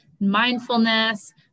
mindfulness